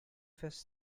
first